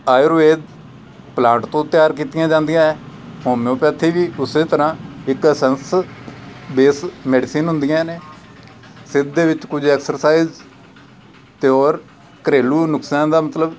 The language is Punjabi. ਆਯੁਰਵੇਦ ਪਲਾਟ ਤੋਂ ਤਿਆਰ ਕੀਤੀਆਂ ਜਾਂਦੀਆਂ ਹੈ ਹੋਮਿਓਪੈਥੀ ਵੀ ਉਸੇ ਤਰ੍ਹਾਂ ਇੱਕ ਅਸੈਂਸ ਬੇਸ ਮੈਡੀਸਨ ਹੁੰਦੀਆਂ ਨੇ ਸਿੱਧ ਦੇ ਵਿੱਚ ਕੁਝ ਐਕਸਰਸਾਈਜ ਅਤੇ ਹੋਰ ਘਰੇਲੂ ਨੁਕਸਿਆਂ ਦਾ ਮਤਲਬ